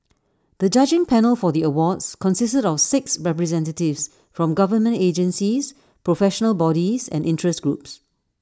the judging panel for the awards consisted of six representatives from government agencies professional bodies and interest groups